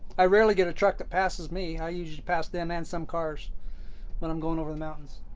i rarely get a truck that passes me. i usually pass them and some cars when i'm going over the mountains,